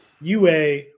UA